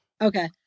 Okay